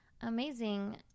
amazing